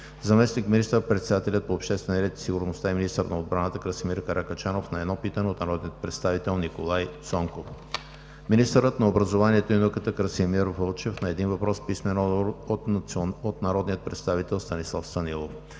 заместник министър-председателят по обществения ред и сигурността и министър на отбраната Красимир Каракачанов – на едно питане от народния представител Николай Цонков; - министърът на образованието и науката Красимир Вълчев – на един въпрос с писмен отговор от народния представител Станислав Станилов;